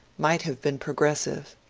might have been progressive.